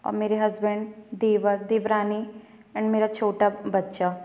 और मेरे हसबेन्ड देवर देवरानी एंड मेरा छोटा बच्चा